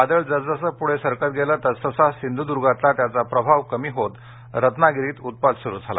वादळ जसजसं पुढे सरकत गेलं तसतसा सिंधुदुर्गातला त्याचा प्रभाव कमी होत रत्नागिरीत उत्पात सुरू झाला